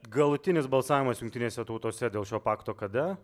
galutinis balsavimas jungtinėse tautose dėl šio pakto kada